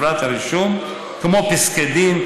כמו פסקי דין,